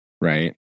right